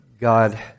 God